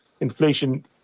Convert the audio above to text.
inflation